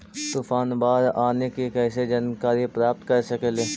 तूफान, बाढ़ आने की कैसे जानकारी प्राप्त कर सकेली?